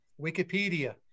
Wikipedia